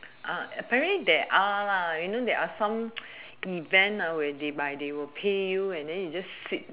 uh apparently there are you know there are some events whereby like they will pay you and then you just sit